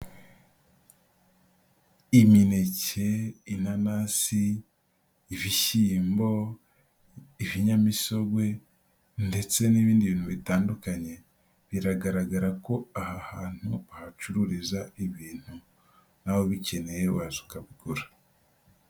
Imineke, inanasi, ibishyimbo, ibinyamisogwe ndetse n'ibindi bintu bitandukanye. Biragaragara ko aha hantu bahacururiza ibintu, nawe ubikeneye waza ukabigura.